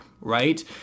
right